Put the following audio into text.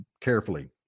carefully